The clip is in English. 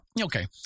Okay